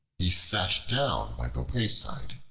he sat down by the wayside,